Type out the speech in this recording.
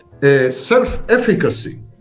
self-efficacy